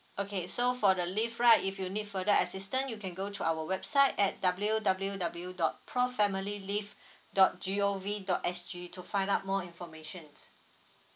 okay so for the leave right if you need further assistant you can go to our website at W W W dot pro family leave dot G O V dot S G to find out more information